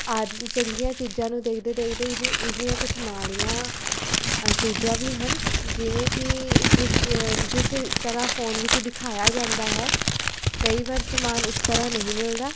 ਆਦ ਚੰਗੀਆਂ ਚੀਜ਼ਾ ਨੂੰ ਦੇਖਦੇ ਦੇਖਦੇ ਹੀ ਇਸਦੀਆਂ ਕੁਛ ਮਾੜੀਆਂ ਚੀਜ਼ਾਂ ਵੀ ਹਨ ਜਿਵੇਂ ਕਿ ਜਿਸ ਜਿਸ ਤਰ੍ਹਾਂ ਫ਼ੋਨ ਵਿੱਚ ਦਿਖਾਇਆ ਜਾਂਦਾ ਹੈ ਕਈ ਵਾਰ ਸਮਾਨ ਉਸ ਤਰ੍ਹਾਂ ਨਹੀਂ ਮਿਲਦਾ